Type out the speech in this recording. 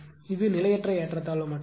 இது நிலையற்ற ஏற்றத்தாழ்வு மட்டுமே